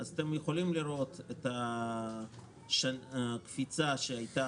אתם יכולים לראות את הקפיצה שהייתה